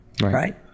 Right